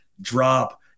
drop